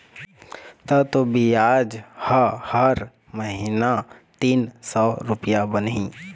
ता तोर बियाज ह हर महिना तीन सौ रुपया बनही